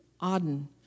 Auden